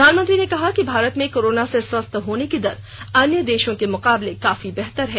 प्रधानमंत्री ने कहा कि भारत में कोरोना से स्वस्थ होने की दर अन्य देशों के मुकाबले काफी बेहतर है